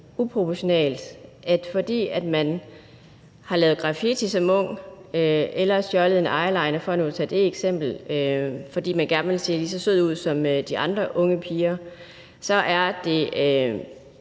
proportioner, at man, fordi man har lavet graffiti som ung eller stjålet en eyeliner, for nu at tage det eksempel, fordi man gerne ville se lige så sød ud som de andre unge piger. Så det